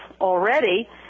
already